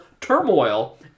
turmoil